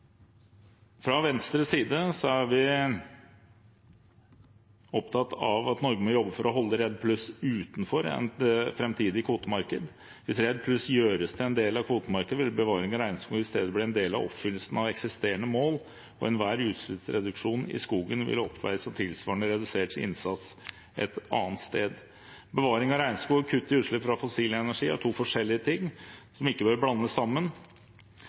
Fra Venstres side er vi opptatt av at Norge må jobbe for å holde REDD+ utenfor et framtidig kvotemarked. Hvis REDD+ gjøres til en del av kvotemarkedet, vil bevaring av regnskog isteden bli en del av oppfyllelsen av eksisterende mål, og enhver utslippsreduksjon i skogen vil oppveies av tilsvarende redusert innsats et annet sted. Bevaring av regnskog og kutt i utslipp fra fossil energi er to forskjellige ting som ikke bør blandes sammen.